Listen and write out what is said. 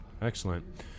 Excellent